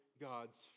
God's